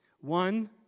one